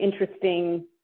interesting